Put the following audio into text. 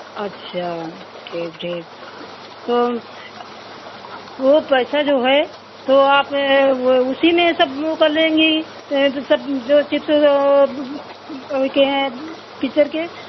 अच्छा ठीक ठीक तो वह पैसा जो है तो आप उसी में सब वह कर लेंगी जो सब जो चिप्स के है पिचर के